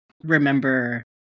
remember